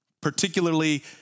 particularly